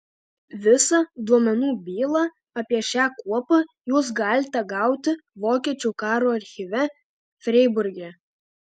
visą duomenų bylą apie šią kuopą jūs galite gauti vokiečių karo archyve freiburge